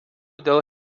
dėl